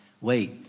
wait